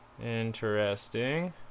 interesting